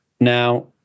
Now